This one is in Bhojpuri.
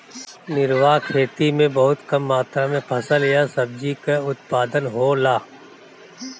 निर्वाह खेती में बहुत कम मात्र में फसल या सब्जी कअ उत्पादन होला